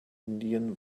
indien